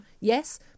yes